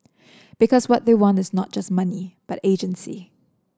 because what they want is not just money but agency